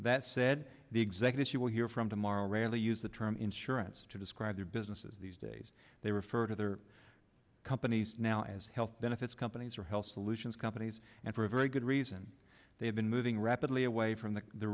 that said the executive she will hear from tomorrow rarely use the term insurance to describe their businesses these days they refer to their companies now as health benefits companies or health solutions companies and for a very good reason they have been moving rapidly away from the the